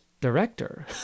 director